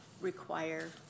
require